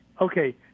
Okay